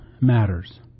matters